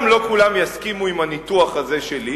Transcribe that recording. גם לא כולם יסכימו עם הניתוח הזה שלי,